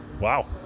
Wow